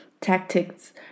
tactics